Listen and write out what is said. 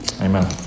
Amen